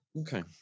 Okay